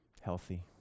healthy